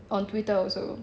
on twitter also